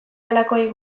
halakoei